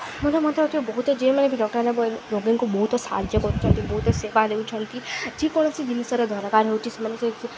ମତେ ମଧ୍ୟ ବହୁତେ ଯିଏମାନେ ବି ଡକ୍ଟରଖାନା ବି ରୋଗୀଙ୍କୁ ବହୁତ ସାହାଯ୍ୟ କରୁଛନ୍ତି ବହୁତ ସେବା ଦେଉଛନ୍ତି ଯେକୌଣସି ଜିନିଷର ଦରକାର ହଉଚି ସେମାନେ ସେ